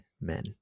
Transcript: men